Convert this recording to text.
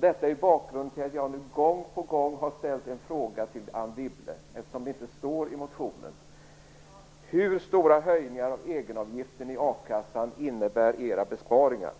Detta är bakgrunden till att jag nu gång på gång har ställt en fråga till Anne Wibble, eftersom det inte står i motionen: Hur stora höjningar av egenavgiften i akassan innebär era besparingar?